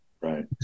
right